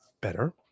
better